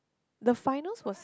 the finals was